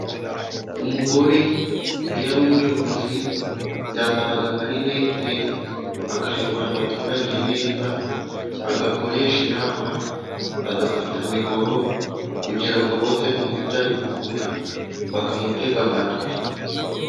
Umugore iyo ari umuyobozi, yambara amarinete, akayobora abaturage neza , agakoresha inama ,agafata mikoro kugira ngo bose bumve ibyo ari kuvuga , bakamutega amatwi.